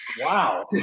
Wow